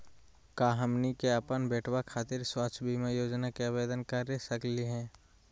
का हमनी के अपन बेटवा खातिर स्वास्थ्य बीमा योजना के आवेदन करे सकली हे?